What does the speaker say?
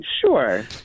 Sure